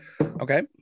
Okay